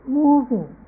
moving